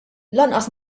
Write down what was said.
lanqas